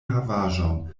havaĵon